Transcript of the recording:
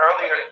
earlier